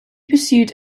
pursued